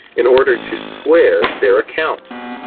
in order to square their accounts.